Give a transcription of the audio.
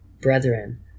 brethren